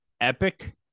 Epic